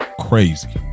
crazy